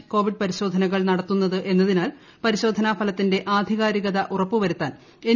T Covid ആദ്യമായാണ് പരിശോധനകൾ നടത്തുന്നത് എന്നതിനാൽ പരിശോധനാ ഫലത്തിന്റെ ആധികാരികത ഉറപ്പുവരുത്താൻ എൻ